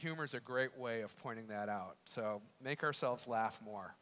humor is a great way of pointing that out so make ourselves laugh more